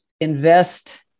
invest